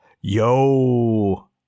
yo